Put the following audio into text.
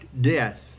death